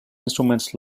instruments